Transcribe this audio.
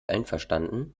einverstanden